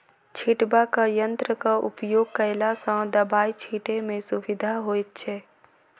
छिटबाक यंत्रक उपयोग कयला सॅ दबाई छिटै मे सुविधा होइत छै